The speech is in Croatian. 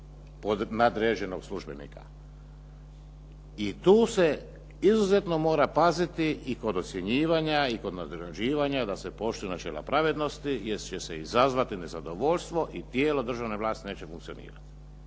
I tu se izuzetno mora paziti i kod ocjenjivanja i kod nagrađivanja da se poštuju načela pravednosti jer će se izazvati nezadovoljstvo i tijelo državne vlasti neće funkcionirati.